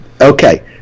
Okay